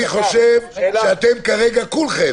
אני חושב שכרגע כולכם